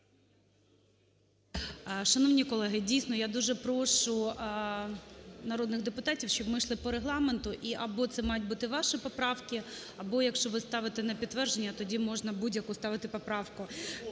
Шановні колеги, дійсно, я дуже прошу народних депутатів, щоб ми йшли по регламенту. І або це мають бути ваші поправки, або якщо ви ставите на підтвердження, тоді можна будь-яку ставити поправку.